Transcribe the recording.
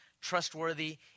trustworthy